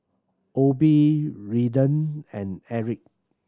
Obie Redden and Aric